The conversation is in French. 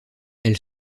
elle